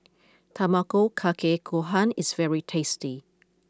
Tamago Kake Gohan is very tasty